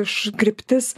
iš kryptis